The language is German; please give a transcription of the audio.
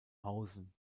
hausen